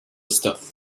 stuff